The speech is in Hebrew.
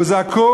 הוא זקוק